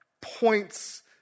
points